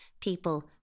people